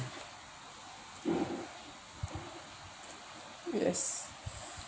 yes